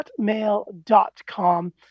hotmail.com